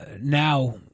now